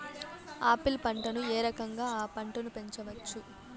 Apple పంటను ఏ రకంగా అ పంట ను పెంచవచ్చు?